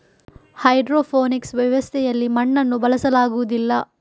hydroponics ವ್ಯವಸ್ಥೆಯಲ್ಲಿ ಮಣ್ಣನ್ನು ಬಳಸಲಾಗುವುದಿಲ್ಲ